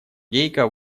гейка